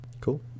Cool